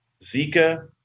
Zika